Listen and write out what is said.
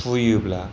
हुयोब्ला